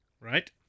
right